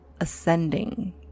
ascending